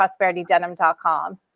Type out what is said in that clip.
prosperitydenim.com